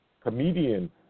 comedian